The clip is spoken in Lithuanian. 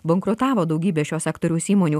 bankrutavo daugybė šio sektoriaus įmonių